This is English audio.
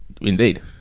Indeed